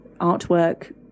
artwork